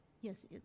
Yes